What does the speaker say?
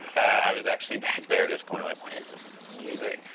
i was actually back there, just going like, what is this music?